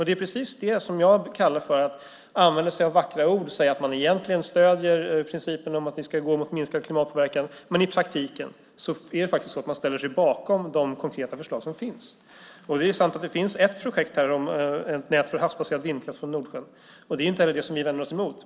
Det är precis det som jag kallar för att använda sig av vackra ord. Man säger att man egentligen stöder principen om att vi ska gå mot minskad klimatpåverkan, men i praktiken ställer man sig bakom de konkreta förslag som finns. Det är sant att det finns ett projekt med om ett nät för havsbaserad vindkraft från Nordsjön, och det är inte heller det som vi vänder oss emot.